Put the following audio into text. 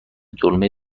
دلمه